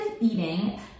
eating